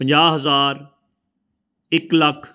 ਪੰਜਾਹ ਹਜ਼ਾਰ ਇੱਕ ਲੱਖ